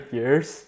years